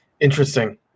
Interesting